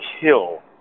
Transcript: kill